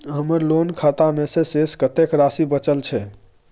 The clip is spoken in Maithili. हमर लोन खाता मे शेस कत्ते राशि बचल छै?